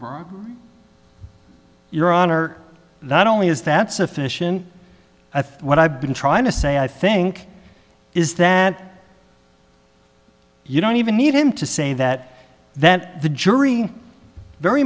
honor not only is that sufficient at what i've been trying to say i think is that you don't even need him to say that that the jury very